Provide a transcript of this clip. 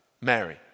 Mary